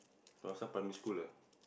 oh some primary school ah